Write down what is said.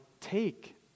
take